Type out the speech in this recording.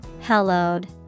Hallowed